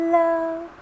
love